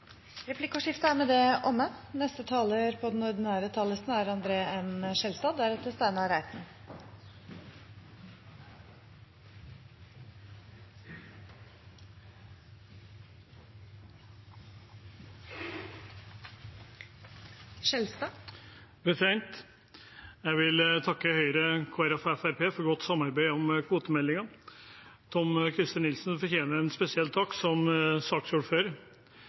Replikkordskiftet er omme. Jeg vil takke Høyre, Kristelig Folkeparti og Fremskrittspartiet for godt samarbeid om kvotemeldingen. Tom-Christer Nilsen fortjener en spesiell takk som saksordfører. Fiskeri er en bærebjelke i norsk økonomi og for